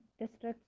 districts